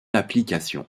application